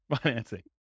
financing